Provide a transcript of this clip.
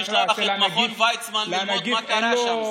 צריך לשלוח את מכון ויצמן ללמוד מה קרה שם.